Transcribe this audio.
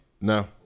No